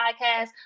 podcast